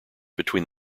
between